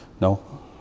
no